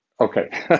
okay